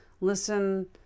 listen